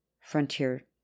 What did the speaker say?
Frontier